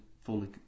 fully